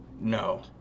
No